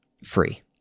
free